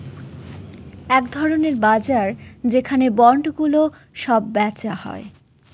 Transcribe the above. এক ধরনের বাজার যেখানে বন্ডগুলো সব বেচা হয়